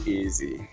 easy